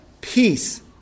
Peace